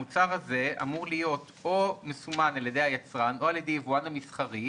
המוצר הזה אמור להיות מסומן או על ידי היצרן או על ידי היבואן המסחרי,